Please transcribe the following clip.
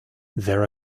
there